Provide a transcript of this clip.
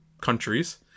countries